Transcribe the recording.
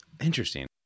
Interesting